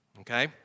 Okay